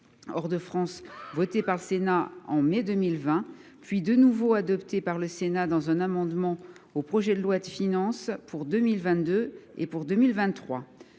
hors de France, votée par le Sénat en mai 2020, puis de nouveau adoptée par notre assemblée au travers d’amendements aux projets de loi de finances pour 2022 et pour 2023.